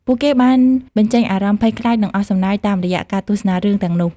ពួកគេបានបញ្ចេញអារម្មណ៍ភ័យខ្លាចនិងអស់សំណើចតាមរយៈការទស្សនារឿងទាំងនោះ។